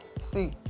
see